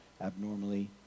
abnormally